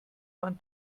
man